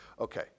Okay